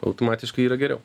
automatiškai yra geriau